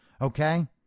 Okay